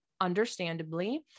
understandably